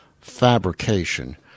fabrication